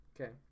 Okay